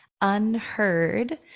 Unheard